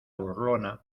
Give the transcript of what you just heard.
burlona